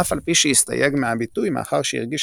אף על פי שהסתייג מהביטוי מאחר שהרגיש